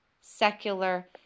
secular